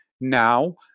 now